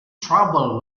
trouble